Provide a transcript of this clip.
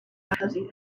housing